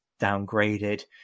downgraded